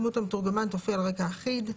דמות המתורגמן תופיע על רקע אחיד.